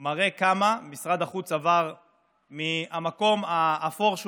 רק מראים כמה משרד החוץ עבר מהמקום האפור שהוא